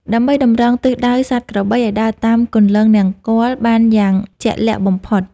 ដើម្បីតម្រង់ទិសដៅសត្វក្របីឱ្យដើរតាមគន្លងនង្គ័លបានយ៉ាងជាក់លាក់បំផុត។